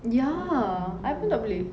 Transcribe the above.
ya I pun tak boleh